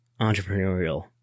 entrepreneurial